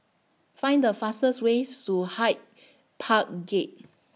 Find The fastest Way to Hyde Park Gate